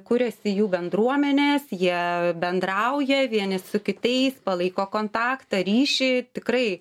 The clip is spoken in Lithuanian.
kuriasi jų bendruomenės jie bendrauja vieni su kitais palaiko kontaktą ryšį tikrai